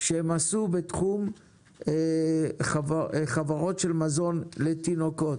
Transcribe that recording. שהם עשו בתחום חברות של מזון לתינוקות.